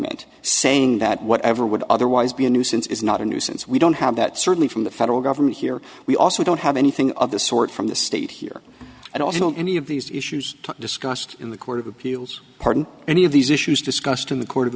meant saying that whatever would otherwise be a nuisance is not a nuisance we don't have that certainly from the federal government here we also don't have anything of the sort from the state here and also any of these issues discussed in the court of appeals pardon any of these issues discussed in the court of